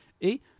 Et